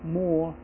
more